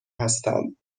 هستند